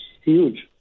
huge